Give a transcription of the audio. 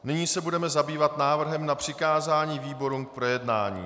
Nyní se budeme zabývat návrhem na přikázání výborům k projednání.